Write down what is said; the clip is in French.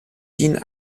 din